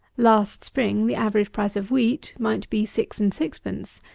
last spring the average price of wheat might be six and sixpence,